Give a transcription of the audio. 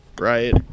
right